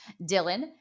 Dylan